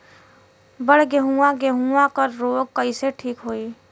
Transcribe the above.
बड गेहूँवा गेहूँवा क रोग कईसे ठीक होई?